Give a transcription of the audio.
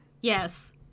Yes